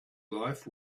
life